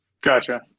Gotcha